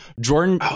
Jordan